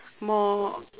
more